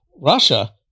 Russia